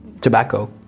tobacco